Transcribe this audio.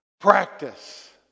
Practice